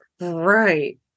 Right